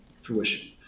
fruition